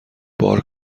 بار